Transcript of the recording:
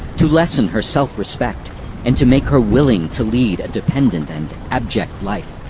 to lessen her self-respect and to make her willing to lead a dependent and abject life.